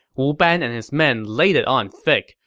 wu ban and his men laid it on thick,